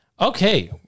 Okay